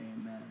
Amen